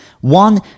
One